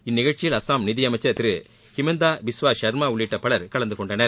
இந்நிகழ்ச்சியில் அசாம் நிதியமைச்சர் திரு ஹிமந்தா பிஸ்வா சர்மா உள்ளிட்ட பலர் கலந்துகொண்டார்